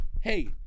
hey